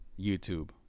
YouTube